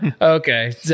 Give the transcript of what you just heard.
Okay